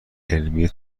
علمی